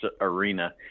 arena